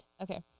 okay